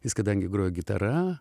jis kadangi grojo gitara